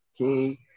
Okay